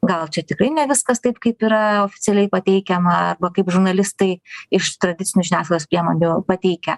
gal čia tikrai ne viskas taip kaip yra oficialiai pateikiama kaip žurnalistai iš tradicinių žiniasklaidos priemonių pateikia